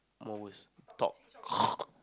more worse talk cock